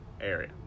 area